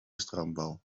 strandbal